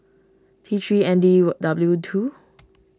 T three N D W two